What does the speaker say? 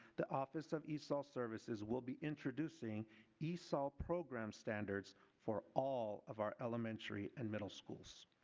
the office of esol services will be introducing esol program standards for all of our elementary and middle schools.